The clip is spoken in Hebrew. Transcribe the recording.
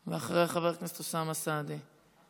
אחריה, חבר הכנסת אוסאמה סעדי.